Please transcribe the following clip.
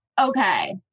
okay